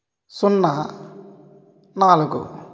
సున్నా నాలుగు